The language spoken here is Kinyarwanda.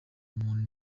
umuntu